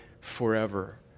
forever